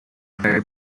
very